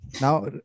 now